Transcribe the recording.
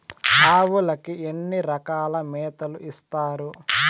ఆవులకి ఎన్ని రకాల మేతలు ఇస్తారు?